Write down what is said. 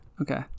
okay